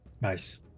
nice